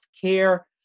care